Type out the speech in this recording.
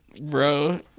bro